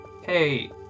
Hey